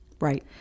Right